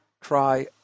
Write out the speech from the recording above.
try